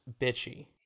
bitchy